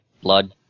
Blood